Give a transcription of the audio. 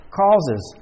causes